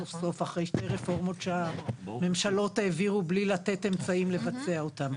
סוף סוף אחרי שתי רפורמות שהממשלות העבירו בלי לתת אמצעים לבצע אותן.